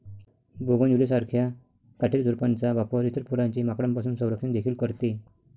bougainvillea सारख्या काटेरी झुडपांचा वापर इतर फुलांचे माकडांपासून संरक्षण देखील करते